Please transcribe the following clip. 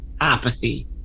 apathy